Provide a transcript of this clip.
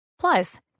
Plus